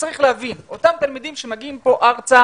צריך להבין, אותם תלמידים שמגיעים ארצה,